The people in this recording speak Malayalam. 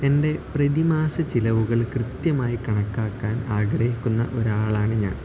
എൻ്റെ പ്രതിമാസ ചിലവുകൾ കൃത്യമായി കണക്കാക്കാൻ ആഗ്രഹിക്കുന്ന ഒരാളാണ് ഞാൻ